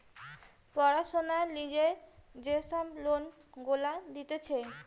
পড়াশোনার লিগে যে সব লোন গুলা দিতেছে